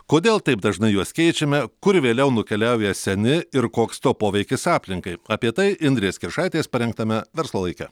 kodėl taip dažnai juos keičiame kur vėliau nukeliauja seni ir koks to poveikis aplinkai apie tai indrės kiršaitės parengtame verslo laike